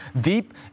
deep